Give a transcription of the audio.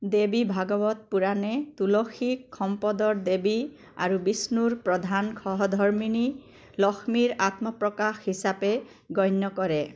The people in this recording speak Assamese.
দেৱী ভাগৱত পুৰাণে তুলসীক সম্পদৰ দেৱী আৰু বিষ্ণুৰ প্ৰধান সহধৰ্মিনী লক্ষ্মীৰ আত্মপ্ৰকাশ হিচাপে গণ্য কৰে